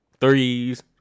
threes